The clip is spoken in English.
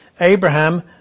Abraham